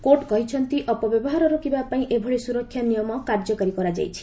court କହିଛନ୍ତି ଅପବ୍ୟବହାର ରୋକିବା ପାଇଁ ଏହିଭଳି ସୁରକ୍ଷା ନିୟମ କାର୍ଯ୍ୟକାରୀ କରାଯାଇଛି